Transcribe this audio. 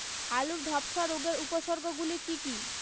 আলুর ধ্বসা রোগের উপসর্গগুলি কি কি?